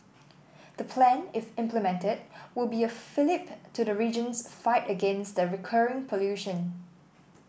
the plan if implemented will be a fillip to the region's fight against the recurring pollution